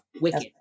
Wicked